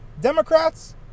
Democrats